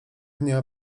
dnia